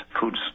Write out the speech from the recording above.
foods